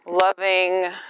loving